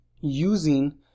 using